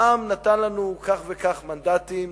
העם נתן לנו כך וכך מנדטים.